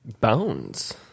bones